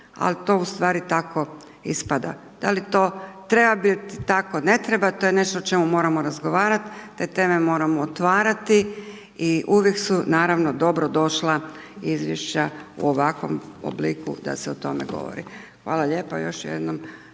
ali to ustvari tako ispada. Da li to treba biti tako, ne treba, to je nešto o čemu moramo razgovarati, te teme moramo otvarati i uvijek su naravno dobro došla izvješća u ovakvom obliku da se o tome govori. Hvala lijepa još jednom.